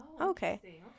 Okay